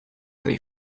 they